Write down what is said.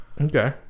Okay